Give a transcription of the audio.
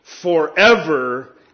forever